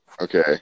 Okay